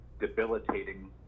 debilitating